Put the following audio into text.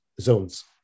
zones